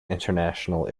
international